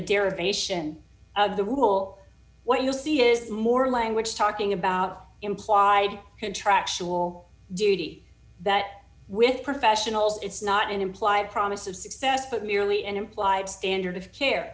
derivation of the rule what you'll see is more language talking about implied contractual duty that with professionals it's not an implied promise of success but merely an implied standard of c